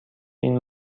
این